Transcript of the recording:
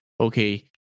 okay